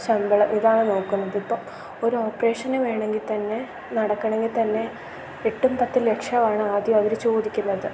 ശമ്പളം ഇതാണ് നോക്കുന്നതിപ്പം ഒരു ഓപ്പറേഷന് വേണമെങ്കിൽ തന്നെ നടക്കണമെങ്കിൽ തന്നെ എട്ടും പത്തും ലക്ഷമാണ് ആദ്യം അവർ ചോദിക്കുന്നത്